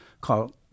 called